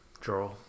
Draw